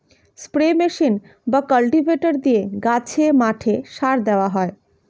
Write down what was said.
spray machine বা cultivator দিয়ে গাছে, মাঠে সার দেওয়া হয়